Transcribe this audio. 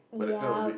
ya